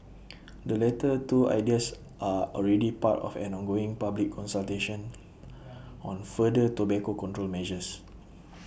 the latter two ideas are already part of an ongoing public consultation on further tobacco control measures